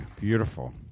beautiful